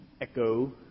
echo